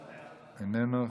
איננו,